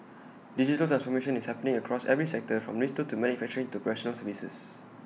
digital transformation is happening across every sector from retail to manufacturing to professional services